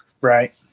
Right